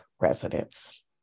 residents